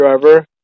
driver